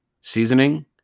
seasoning